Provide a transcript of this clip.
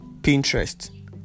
Pinterest